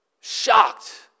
Shocked